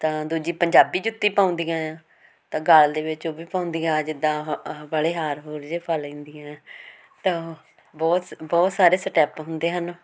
ਤਾਂ ਦੂਜੀ ਪੰਜਾਬੀ ਜੁੱਤੀ ਪਾਉਂਦੀਆਂ ਆ ਤਾਂ ਗਲ ਦੇ ਵਿੱਚ ਉਹ ਵੀ ਪਾਉਂਦੀਆਂ ਜਿੱਦਾਂ ਹ ਵਾਲੇ ਹਾਰ ਹੁਰ ਜੇ ਪਾ ਲੈਂਦੀਆਂ ਤਾਂ ਬਹੁਤ ਸ ਬਹੁਤ ਸਾਰੇ ਸਟੈਪ ਹੁੰਦੇ ਹਨ